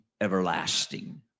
everlasting